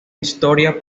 historia